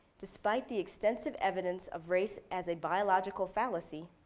despite the extensive evidence of race as a biological fallacy,